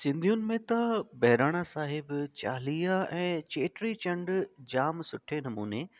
सिंधीयुनि में त ॿहिराणा साहिब चालीहा ऐं चेटीचंड जाम सुठे नमूने